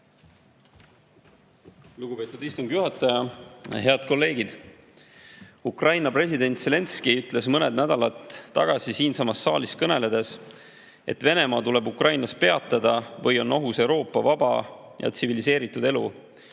Lugupeetud istungi juhataja! Head kolleegid! Ukraina president Zelenskõi ütles mõned nädalad tagasi siinsamas saalis kõneledes, et Venemaa tuleb Ukrainas peatada, või on ohus Euroopa vaba ja tsiviliseeritud elu.